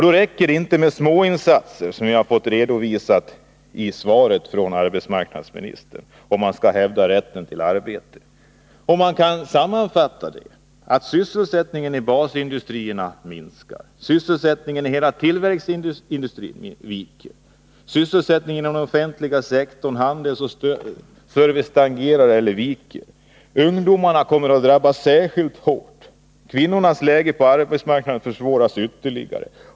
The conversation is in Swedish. Då räcker det inte med småinsatser — som vi fått redovisade i svaret från arbetsmarknadsministern — om man skall hävda rätten till arbete. Jag kan sammanfatta läget på följande sätt: Sysselsättningen inom hela tillverkningsindustrin viker. Sysselsättningen inom den offentliga sektorn, handel och service stagnerar eller viker. Ungdomarna kommer att drabbas särskilt hårt. Kvinnornas läge på arbetsmarknaden försvåras ytterligare.